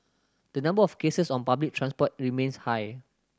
the number of cases on public transport remains high